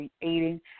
creating